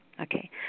Okay